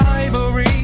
ivory